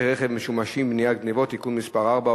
רכב משומשים (מניעת גנבות) (תיקון מס' 4,